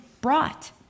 brought